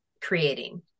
creating